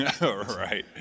Right